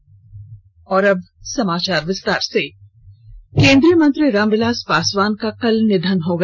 पर प केन्द्रीय मंत्री रामविलास पासवान का कल निधन हो गया